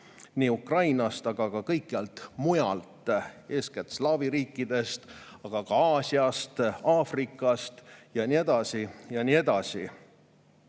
nii Ukrainast kui ka kõikjalt mujalt, eeskätt slaavi riikidest, aga ka Aasiast, Aafrikast ja nii edasi ja nii edasi.